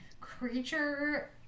creature